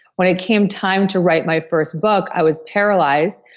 when it came time to write my first book i was paralyzed,